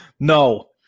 No